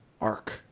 arc